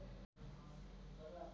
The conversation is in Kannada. ವಿತ್ತೇಯ ಸುಧಾರಣೆ ನೇತಿ ಅಂದ್ರೆನ್